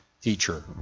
teacher